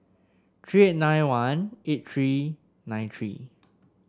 three eight nine one eight three nine three